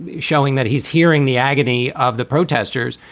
showing that he's hearing the agony of the protesters.